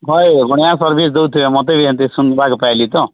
ଭଲ ବଢ଼ିଆ ସର୍ଭିସ୍ ଦଉଛି ମୋତେ ବି ଏମିତି ଶୁଣିବାକେ ପାଇଲି ତ